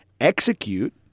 execute